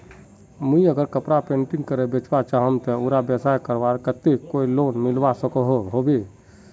मुई अगर कपड़ा पेंटिंग करे बेचवा चाहम ते उडा व्यवसाय करवार केते कोई लोन मिलवा सकोहो होबे?